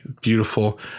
beautiful